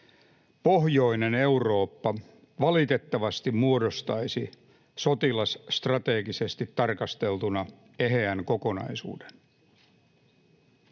pohjoinen Eurooppa valitettavasti muodostaisi sotilasstrategisesti tarkasteltuna eheän kokonaisuuden.